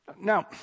Now